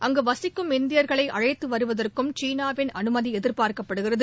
அங்கு வசிக்கும் இந்தியர்களை அழைத்து வருவதற்கும் சீனாவின் அனுமதி எதிர்பார்க்கப்படுகிறது